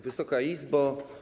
Wysoka Izbo!